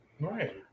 right